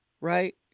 right